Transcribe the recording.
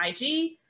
ig